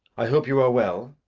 i hope you are well?